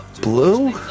Blue